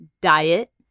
diet